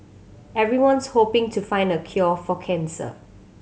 everyone's hoping to find the cure for cancer